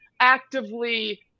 actively